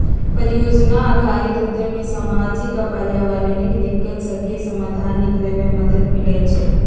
परिजोजना आधारित उद्यम से सामाजिक आऽ पर्यावरणीय दिक्कत सभके समाधान निकले में मदद मिलइ छइ